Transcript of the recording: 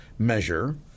Measure